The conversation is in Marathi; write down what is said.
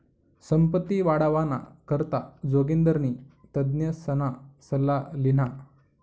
संपत्ती वाढावाना करता जोगिंदरनी तज्ञसना सल्ला ल्हिना